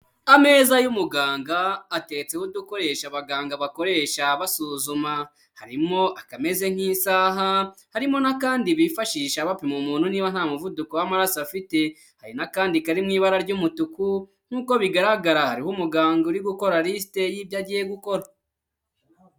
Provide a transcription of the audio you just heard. Ameza y'umuganga, atetseho udukoresho abaganga bakoresha basuzuma, harimo akameze nk'isaha, harimo n'akandi bifashisha bapima umuntu niba nta muvuduko w'amaraso afite, hari n'akandi kari mu ibara ry'umutuku nk'uko bigaragara hariho umuganga uri gukora lisite y'ibyo agiye gukora.